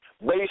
Based